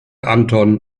anton